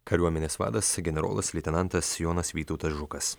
kariuomenės vadas generolas leitenantas jonas vytautas žukas